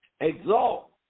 exalt